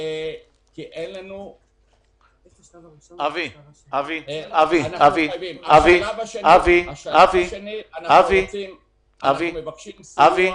בשלב השני אנחנו מבקשים סיוע